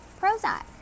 Prozac